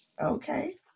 okay